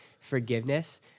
forgiveness